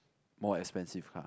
more expensive car